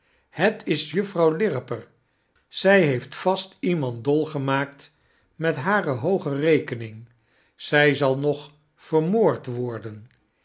het is juffrouw lirriper zy heeft vast iemand dol gemaakt met hare hooge rekening zij zal nog vermoord worden